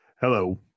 Hello